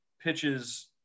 pitches